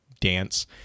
dance